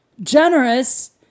generous